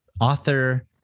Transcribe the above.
Author